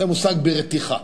זה מושג ברתיחה.